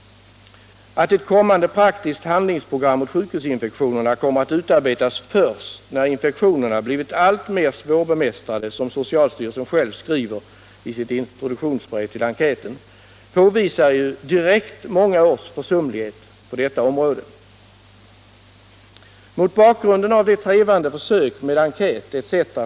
Att ett kommande praktiskt handlingsprogram mot sjukhusinfektionerna kommer att utarbetas först när infektionerna blir alltmer svårbemästrade, som socialstyrelsen själv skriver i sitt introduktionsbrev till enkäten, påvisar direkt många års försumlighet på detta område. Mot bakgrund av de trevande försök med enkät etc.